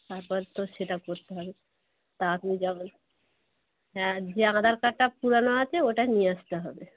তারপর তো সেটা করতে হবে তা আপনি যখন হ্যাঁ যে আধার কার্ডটা পুরানো আছে ওটা নিয়ে আসতে হবে